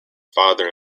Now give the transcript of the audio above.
father